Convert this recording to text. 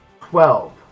Twelve